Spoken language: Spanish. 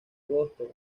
agosto